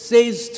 Says